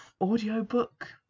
audiobook